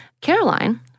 Caroline